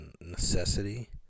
necessity